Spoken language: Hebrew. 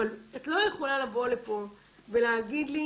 אבל את לא יכולה לבוא לפה ולהגיד לי,